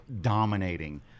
dominating